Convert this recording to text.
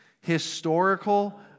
Historical